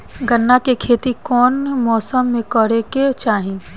गन्ना के खेती कौना मौसम में करेके चाही?